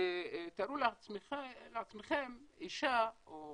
תארו לעצמכם אישה או